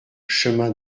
chemin